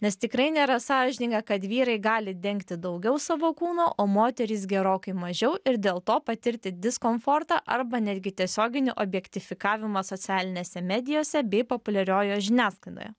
nes tikrai nėra sąžininga kad vyrai gali dengti daugiau savo kūno o moterys gerokai mažiau ir dėl to patirti diskomfortą arba netgi tiesioginį objektifikavimą socialinėse medijose bei populiariojoje žiniasklaidoje